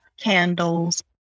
candles